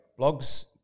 blogs